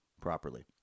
properly